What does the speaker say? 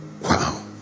Wow